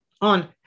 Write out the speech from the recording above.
on